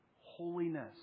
holiness